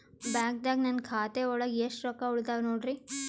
ಬ್ಯಾಂಕ್ದಾಗ ನನ್ ಖಾತೆ ಒಳಗೆ ಎಷ್ಟ್ ರೊಕ್ಕ ಉಳದಾವ ನೋಡ್ರಿ?